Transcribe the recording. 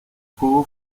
juego